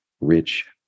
rich